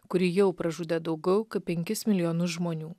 kuri jau pražudė daugiau kaip penkis milijonus žmonių